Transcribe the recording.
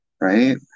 right